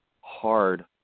hard